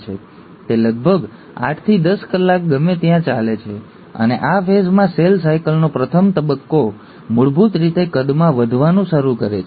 હવે તે લગભગ આઠથી દસ કલાક ગમે ત્યાં ચાલે છે અને આ ફેઝમાં સેલ સાયકલનો પ્રથમ તબક્કો મૂળભૂત રીતે કદમાં વધવાનું શરૂ કરે છે